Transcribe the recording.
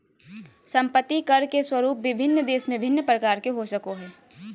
संपत्ति कर के स्वरूप विभिन्न देश में भिन्न प्रकार के हो सको हइ